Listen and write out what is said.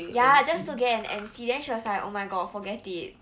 ya just to get an M_C then she was like oh my god forget it